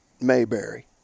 Mayberry